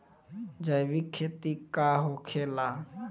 जैविक खेती का होखेला?